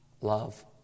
Love